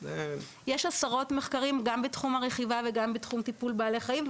יש עשרות מחקרים גם בתחום הרכיבה וגם בתחום טיפול בעלי חיים,